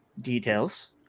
details